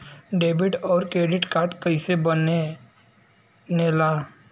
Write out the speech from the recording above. Debit और credit card कईसे बने ने ला?